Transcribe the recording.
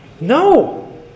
No